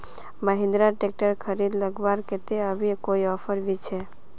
Mahindra tractor खरीद लगवार केते अभी कोई ऑफर भी छे?